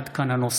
עד כאן הנוסח.